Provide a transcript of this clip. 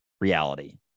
reality